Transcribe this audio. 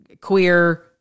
queer